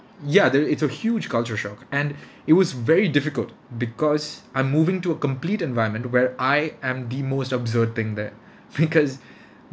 ya there it's a huge culture shock and it was very difficult because I'm moving to a complete environment where I am the most absurd thing there because